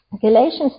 Galatians